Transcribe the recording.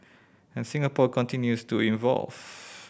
and Singapore continues to evolve